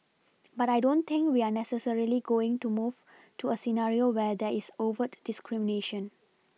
but I don't think we are necessarily going to move to a scenario where there is overt discrimination